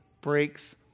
breaks